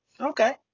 Okay